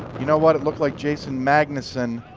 you know what, it looked like jason magnuson,